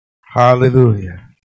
Hallelujah